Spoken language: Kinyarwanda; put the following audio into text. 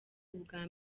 ubwa